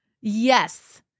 yes